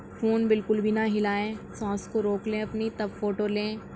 phone بالکل بھی نہ ہلائیں سانس کو روک لیں اپنی تب فوٹو لیں